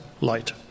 light